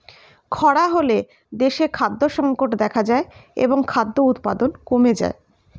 খরা হলে দেশে খাদ্য সংকট দেখা যায় এবং খাদ্য উৎপাদন কমে যায়